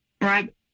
right